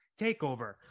Takeover